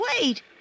wait